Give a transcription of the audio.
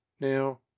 now